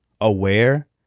aware